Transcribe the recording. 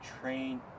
train